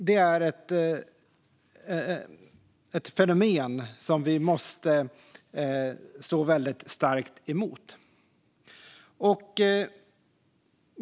Detta fenomen måste vi motarbeta.